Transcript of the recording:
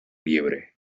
liebre